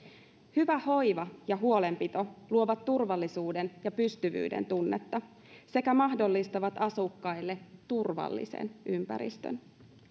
hyvä hoiva ja huolenpito luovat turvallisuuden ja pystyvyyden tunnetta sekä mahdollistavat asukkaille turvallisen ympäristön